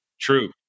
true